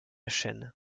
chaîne